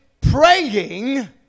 praying